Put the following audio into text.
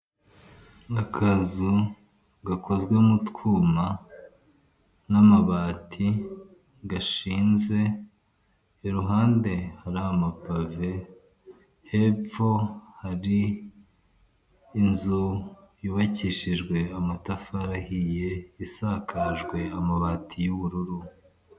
Ni akazu gakozwe mu twuma n'amabati gashinze iruhande hari amapave, hepfo hari inzu yubakishijwe amatafari ahiye isakajwe amabati y'ubururu.